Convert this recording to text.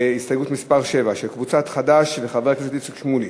להסתייגות מס' 7 של קבוצת חד"ש וחבר הכנסת איציק שמולי.